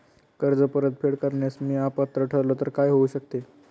कर्ज परतफेड करण्यास मी अपात्र ठरलो तर काय होऊ शकते?